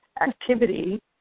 activity